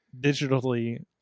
digitally